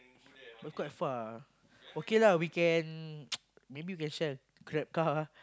but it's quite far ah okay lah we can maybe we can share a Grab car